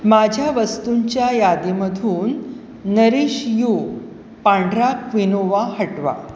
माझ्या वस्तूंच्या यादीमधून नरीश यू पांढरा क्विनोवा हटवा